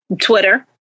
Twitter